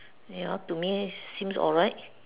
ya to me seems alright